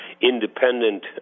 independent